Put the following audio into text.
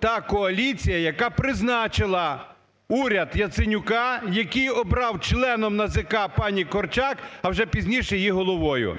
та коаліція, яка призначила уряд Яценюка, який обрав членом НАЗК пані Корчак, а вже пізніше її головою.